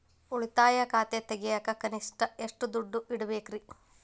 ಉಳಿತಾಯ ಖಾತೆ ತೆಗಿಯಾಕ ಕನಿಷ್ಟ ಎಷ್ಟು ದುಡ್ಡು ಇಡಬೇಕ್ರಿ?